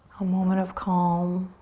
a moment of calm.